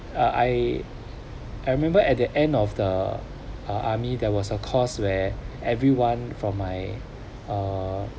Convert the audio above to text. I I I remember at the end of the army there was a course where everyone from my uh